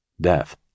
death